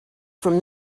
from